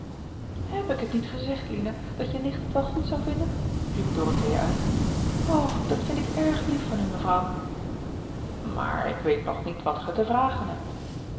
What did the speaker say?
heb ik het niet gezegd lina dat je nicht het wel goed zou vinden riep dorothea uit o dat vind ik erg lief van u mevrouw maar ik weet nog niet wat ge te vragen hebt